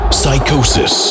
psychosis